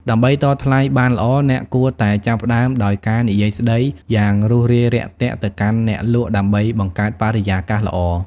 ដើម្បីតថ្លៃបានល្អ អ្នកគួរតែចាប់ផ្តើមដោយការនិយាយស្តីយ៉ាងរួសរាយរាក់ទាក់ទៅកាន់អ្នកលក់ដើម្បីបង្កើតបរិយាកាសល្អ។